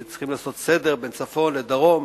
וצריכים לעשות סדר בין צפון לדרום,